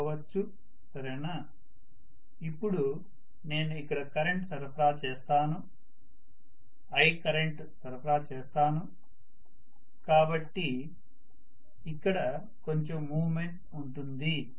ఇప్పుడు నేను ఇక్కడ కరెంటు సరఫరా చేస్తాను i కరెంటు సరఫరా చేస్తాను కాబట్టి ఇక్కడ కొంచం మూవ్మెంట్ ఉంటుంది